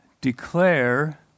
declare